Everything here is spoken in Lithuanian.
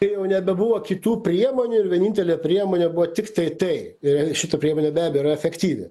kai jau nebebuvo kitų priemonių ir vienintelė priemonė buvo tiktai tai ir šita priemonė be abejo yra efektyvi